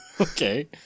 Okay